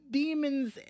demons